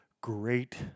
Great